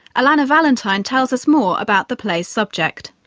alana valentine tells us more about the play's subject.